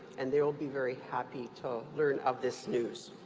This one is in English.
and they will be very happy to learn of this news.